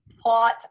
plot